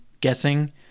guessing